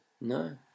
No